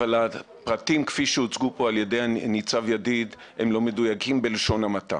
אבל הפרטים כפי שהוצגו פה על ידי ניצב ידיד הם לא מדויקים בלשון המעטה